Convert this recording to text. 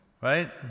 Right